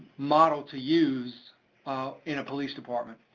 model to use in a police department.